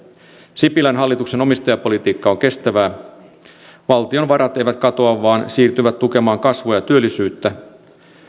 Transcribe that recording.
sipilän hallituksen omistajapolitiikka on kestävää valtion varat eivät katoa vaan siirtyvät tukemaan kasvua ja työllisyyttä